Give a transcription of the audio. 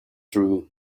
through